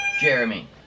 Jeremy